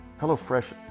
HelloFresh